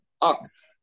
ox